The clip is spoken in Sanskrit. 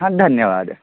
हा धन्यवादः